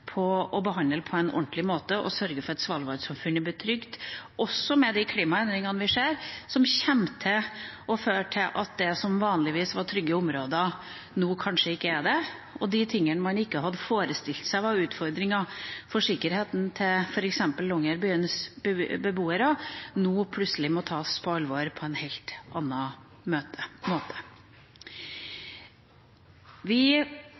på en ordentlig måte og sørge for at Svalbard-samfunnet blir trygt, også med de klimaendringene vi ser, som kommer til å føre til at det som vanligvis har vært trygge områder, nå kanskje ikke er det, og de tingene man ikke hadde forestilt seg var utfordringer for sikkerheten til f.eks. Longyearbyens beboere, nå plutselig må tas på alvor på en helt annen måte.